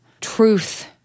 truth